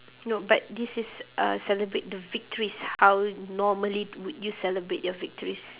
no but this is uh celebrate the victories how normally d~ would you celebrate your victories